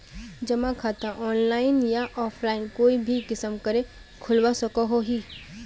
जमा खाता ऑनलाइन या ऑफलाइन कोई भी किसम करे खोलवा सकोहो ही?